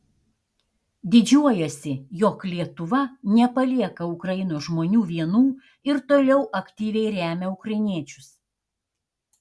didžiuojuosi jog lietuva nepalieka ukrainos žmonių vienų ir toliau aktyviai remia ukrainiečius